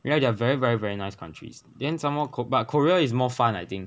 you know they're very very very nice countries then somemore korea is more fun I think